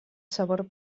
sabor